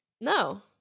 No